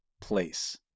place